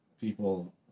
people